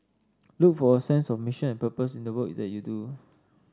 look for a sense of mission and purpose in the work that you do